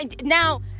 Now